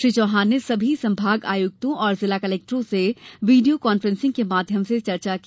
श्री चौहान ने सभी संभागायुक्तों और जिला कलेक्टरों से वीडियो कान्फ्रेंसिंग के माध्यम से चर्चा की